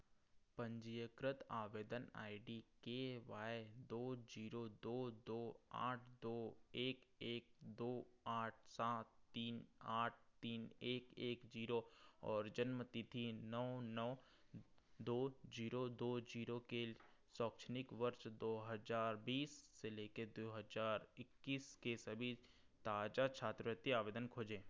पंजीकृत आवेदन I D K Y दो जीरो दो दो आठ दो एक एक दो आठ सात तीन आठ तीन एक एक जीरो और जन्म तिथि नौ नौ दो जीरो दो जीरो के शैक्षणिक वर्ष दो हज़ार बीस से लेकर दो हज़ार इक्कीस के सभी ताजा छात्रवृत्ति आवेदन खोजें